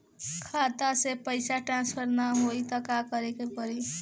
खाता से पैसा टॉसफर ना होई त का करे के पड़ी?